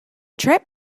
trip